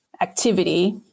activity